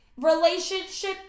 relationship